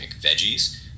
veggies